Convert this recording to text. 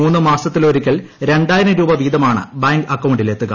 മൂന്ന് മാസത്തിലൊരിക്കൽ രണ്ടായിരം രൂപ വീതമാണ് ബാങ്ക് അക്കൌണ്ടിലെത്തുക